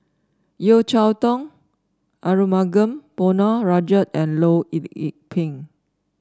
Yeo Cheow Tong Arumugam Ponnu Rajah and Loh Lik Peng